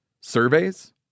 surveys